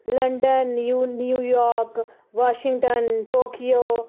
London New New York Washington Tokyo